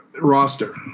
roster